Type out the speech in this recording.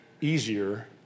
easier